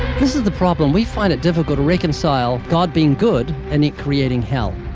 this is the problem. we find it difficult to reconcile god being good and he creating hell.